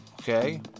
okay